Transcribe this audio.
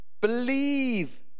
believe